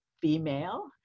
female